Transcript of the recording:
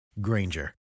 Granger